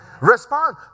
Respond